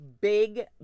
big